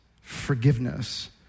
forgiveness